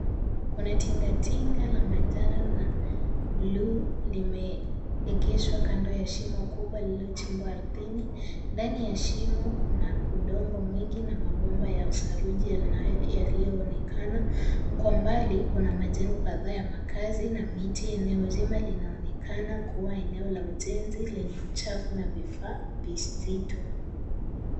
Kuna tingatinga la manjano na bluu limeegeshwa kando ya shimo kubwa lililochimbwa ardhini. Ndani ya shimo kuna udongo mwingi na mabomba ya saruji yaliyo onekana, kwa mbali, kuna majengo kadhaa ya makazi na miti, eneo zima linaonekana kuwa eneo la uchafu na ujenzi lenye vifaa vizito.